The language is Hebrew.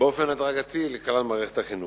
באופן הדרגתי לכלל מערכת החינוך.